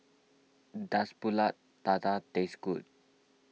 does Pulut Tatal taste good